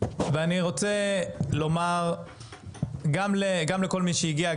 אני רוצה לומר גם לכל מי שהגיע,